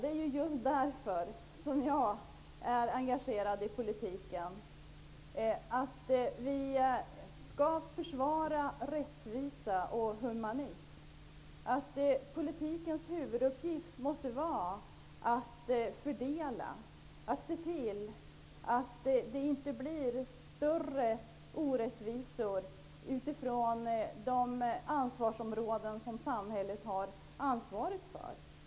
Det är just för att försvara rättvisa och humanism som jag är engagerad i politiken. Politikens huvuduppgift måste vara att fördela, att se till att det inte blir större orättvisor på de områden som samhället har ansvaret för.